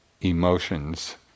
emotions